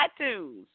iTunes